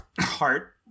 heart